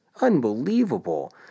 Unbelievable